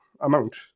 amount